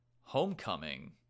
homecoming